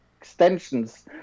extensions